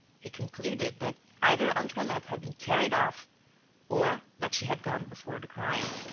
he concluded that either antoinette had been carried off or that she had gone before the crime.